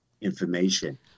information